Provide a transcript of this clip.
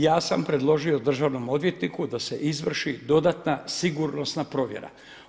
Ja sam predložio državnom odvjetniku da se izvrši dodatna sigurnosna provjera.